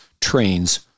trains